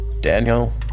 Daniel